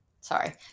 Sorry